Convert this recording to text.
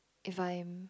if I'm